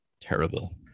terrible